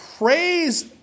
Praise